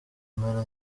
mpera